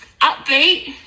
upbeat